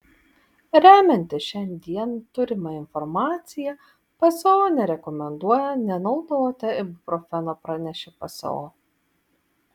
remiantis šiandien turima informacija pso nerekomenduoja nenaudoti ibuprofeno pranešė pso